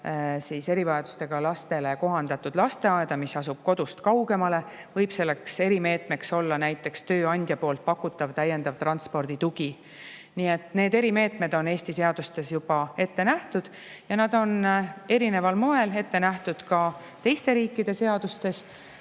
viia erivajadustega lastele kohandatud lasteaeda, mis asub kodust kaugemal, võib selleks erimeetmeks olla näiteks tööandja pakutav täiendav transporditugi. Nii et need erimeetmed on Eesti seadustes juba ette nähtud ja nad on erineval moel ette nähtud ka teiste riikide seadustes.